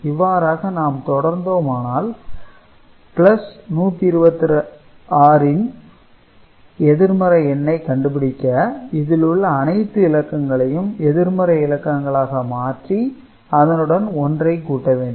இவ்வாறாக நாம் தொடர்ந்துமானால் 126 ன் எதிர்மறை எண்ணை கண்டுபிடிக்க இதிலுள்ள அனைத்து இலக்கங்களையும் எதிர்மறை இலக்கங்களாக மாற்றி அதனுடன் 1 ஐ கூட்ட வேண்டும்